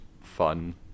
fun